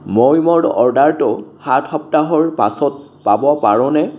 মই মোৰ অৰ্ডাৰটো সাত সপ্তাহৰ পাছত পাব পাৰোঁনে